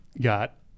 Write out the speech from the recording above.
got